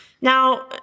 Now